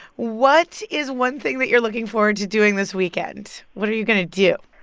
what is one thing that you're looking forward to doing this weekend? what are you going to do?